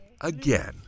again